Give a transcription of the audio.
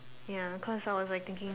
ya cause I was like thinking